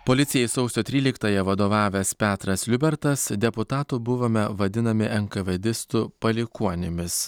policijai sausio tryliktąją vadovavęs petras liubertas deputatų buvome vadinami enkėvėdistų palikuonimis